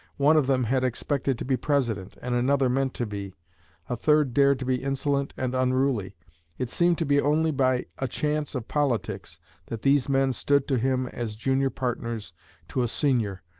one of them had expected to be president, and another meant to be a third dared to be insolent and unruly it seemed to be only by a chance of politics that these men stood to him as junior partners to a senior,